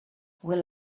will